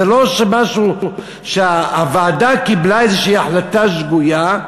זה לא שהוועדה קיבלה איזושהי החלטה שגויה,